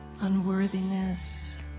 unworthiness